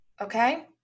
okay